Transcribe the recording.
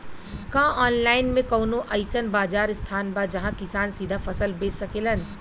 का आनलाइन मे कौनो अइसन बाजार स्थान बा जहाँ किसान सीधा फसल बेच सकेलन?